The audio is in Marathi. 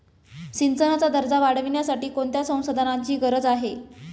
सिंचनाचा दर्जा वाढविण्यासाठी कोणत्या संसाधनांची गरज आहे?